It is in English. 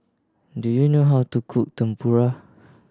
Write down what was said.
do you know how to cook Tempura